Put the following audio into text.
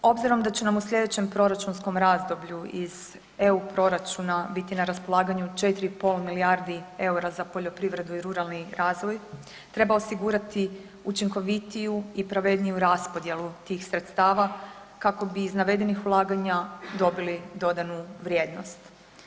Obzirom da će nam u sljedećem proračunskom razdoblju iz EU proračuna biti na raspolaganju 4,5 milijardi eura za poljoprivredu i ruralni razvoj, treba osigurati učinkovitiju i pravedniju raspodjelu tih sredstava kako bi iz navedenih ulaganja dobili dodanu vrijednost.